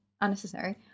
unnecessary